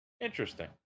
interesting